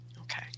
Okay